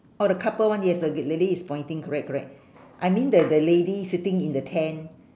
oh the couple one yes the lady is pointing correct correct I mean that the lady sitting in the tent